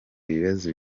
bibazo